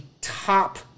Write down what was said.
top